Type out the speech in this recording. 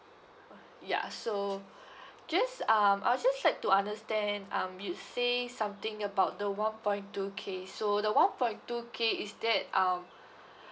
ya so just um I'd just like to understand um you say something about the one point two K so the one point two K is that um